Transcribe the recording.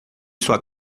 sua